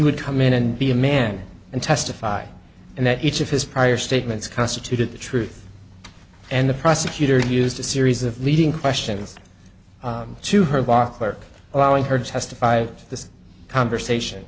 would come in and be a man and testify and that each of his prior statements constituted the truth and the prosecutor used a series of leading questions to her dark work well in her testified this conversation